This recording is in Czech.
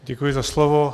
Děkuji za slovo.